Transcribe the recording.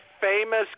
famous